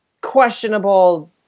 questionable